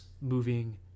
Moving